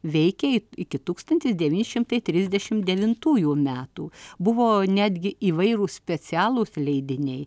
veikė iki tūkstantis devyni šimtai trisdešimt devintųjų metų buvo netgi įvairūs specialūs leidiniai